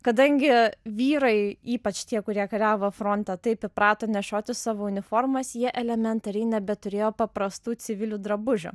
kadangi vyrai ypač tie kurie kariavo fronte taip įprato nešioti savo uniformas jie elementariai nebeturėjo paprastų civilių drabužių